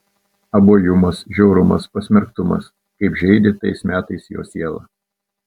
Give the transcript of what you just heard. abuojumas žiaurumas pasmerktumas kaip žeidė tais metais jo sielą